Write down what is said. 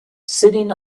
sitting